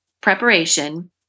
preparation